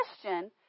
question